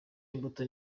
imbuto